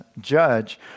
judge